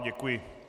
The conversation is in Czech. Děkuji.